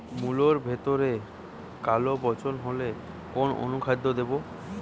মুলোর ভেতরে কালো পচন হলে কোন অনুখাদ্য দেবো?